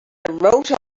wrote